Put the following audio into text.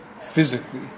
physically